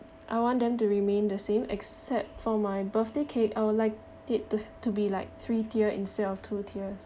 I want them to remain the same except for my birthday cake I would like it to to be like three tier instead of two tiers